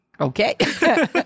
Okay